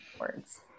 Words